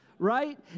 right